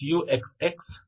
4uxx5uxyuyyuxuy2